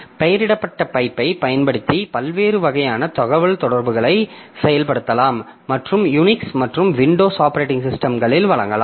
பெயரிடப்பட்ட பைப்பைப் பயன்படுத்தி பல்வேறு வகையான தகவல்தொடர்புகளை செயல்படுத்தலாம் மற்றும் யுனிக்ஸ் மற்றும் விண்டோஸ் ஆப்பரேட்டிங் சிஸ்டம்களில் வழங்கலாம்